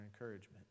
encouragement